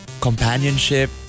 companionship